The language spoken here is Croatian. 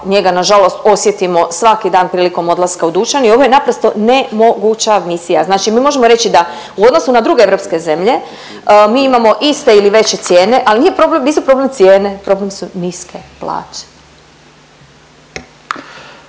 njega nažalost osjetimo svaki dan prilikom odlaska u dućan i ovo je naprosto nemoguća misija. Znači mi možemo reći da u odnosu na druge europske zemlje mi imamo iste ili veće cijene. Ali nije problem, nisu problem cijene, problem su niske plaće.